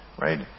right